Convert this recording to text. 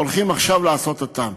והולכים עכשיו לעשות אותן.